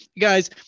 Guys